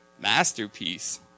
masterpiece